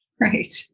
Right